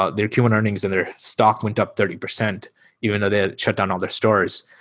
ah their q one earnings and their stock went up thirty percent even though they shut down all their stores.